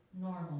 Normal